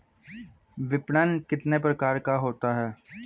विपणन कितने प्रकार का होता है?